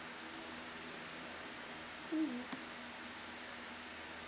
mm